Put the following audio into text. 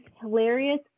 hilarious